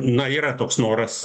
na yra toks noras